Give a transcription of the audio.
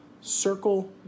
circle